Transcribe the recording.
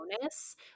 bonus